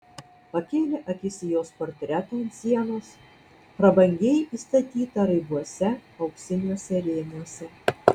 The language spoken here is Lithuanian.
pakėlė akis į jos portretą ant sienos prabangiai įstatytą raibuose auksiniuose rėmuose